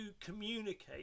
communicate